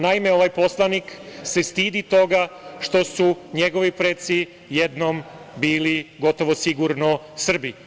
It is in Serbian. Naime, ovaj poslanik se stidi toga što su njegovi preci jednom bili gotovo sigurno Srbi.